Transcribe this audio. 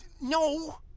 No